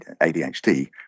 ADHD